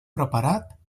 preparat